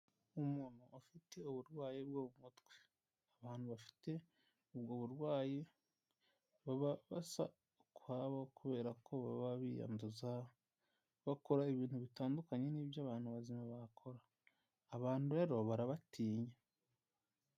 Umuntu ufite uburwayi bwo mu mutwe abantu bafite ubwo burwayi baba basa ukwabo kubera ko baba biyanduza bakora ibintu bitandukanye n'ibyo abantu bazima bakora abantu rero barabatinya.